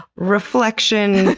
reflection,